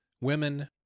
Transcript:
women